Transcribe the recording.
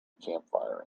campfire